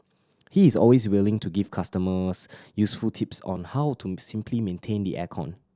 he is always willing to give customers useful tips on how to simply maintain the air con